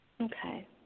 Okay